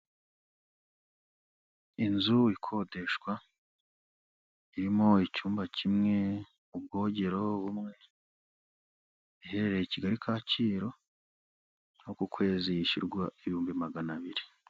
Inzu ikodeshwa irimo icyumba kimwe, ubwogero bumwe, iherereye Kigali Kacyiru nko ku kwezi yishyurwa ibihumbi magana abiri.